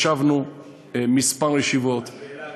ישבנו בכמה ישיבות, השאלה כמה.